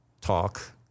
Talk